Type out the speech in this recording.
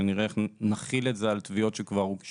שנראה איך נחיל את זה על תביעות שכבר הוגשו.